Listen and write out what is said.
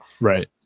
Right